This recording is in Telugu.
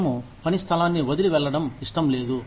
మేము పని స్థలాన్ని వదిలి వెళ్ళడం ఇష్టం లేదు